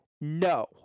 No